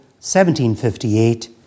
1758